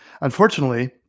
Unfortunately